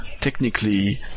technically